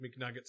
McNuggets